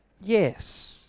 Yes